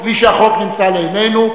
בלי שהחוק נמצא לעינינו,